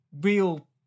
real